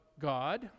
God